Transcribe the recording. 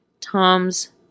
Tom's